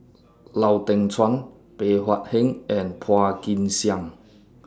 Lau Teng Chuan Bey Hua Heng and Phua Kin Siang